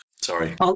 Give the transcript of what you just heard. Sorry